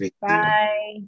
Bye